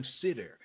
consider